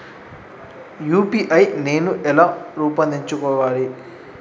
UPI నేను ఎలా రూపొందించుకోవాలి?